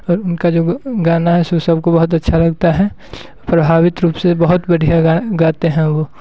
और उनका जो गाना है सो सबको बहुत अच्छा लगता है प्रभावित रूप से बहुत बढ़िया गाते हैं वो